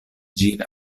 ĝin